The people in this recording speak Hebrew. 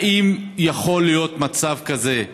האם יכול להיות מצב כזה,